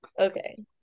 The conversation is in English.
okay